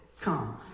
come